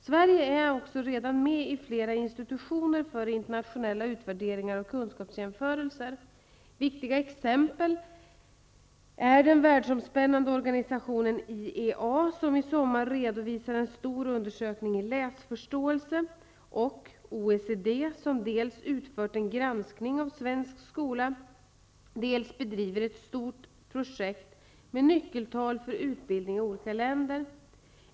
Sverige är också redan med i flera institutitioner för internationella utvärderingar och kunskapsjämförelser. Viktiga exempel är den världsomspännande organisationen IEA, som i sommar redovisar en stor undersökning i läsförståelse, och OECD, som dels utfört en granskning av svensk skola, dels bedriver ett stort projekt med nyckeltal för utbildning i olika länder.